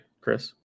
chris